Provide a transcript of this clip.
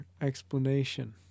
explanation